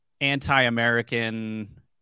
anti-American